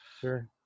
sure